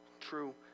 true